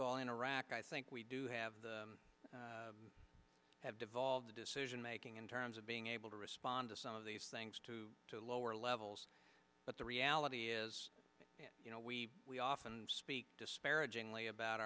of all in iraq i think we do have the have devolved the decision making in terms of being able to respond to some of these things to lower levels but the reality is you know we we often speak disparagingly about